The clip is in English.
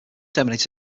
terminated